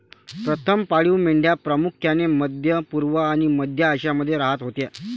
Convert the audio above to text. प्रथम पाळीव मेंढ्या प्रामुख्याने मध्य पूर्व आणि मध्य आशियामध्ये राहत होत्या